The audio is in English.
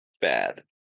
bad